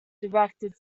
directed